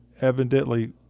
evidently